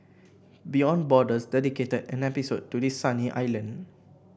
beyond Borders dedicated an episode to this sunny island